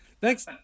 Thanks